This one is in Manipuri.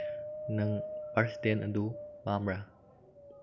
ꯅꯪ ꯄ꯭ꯔꯁꯤꯗꯦꯟ ꯑꯗꯨ ꯄꯥꯝꯕ꯭ꯔꯥ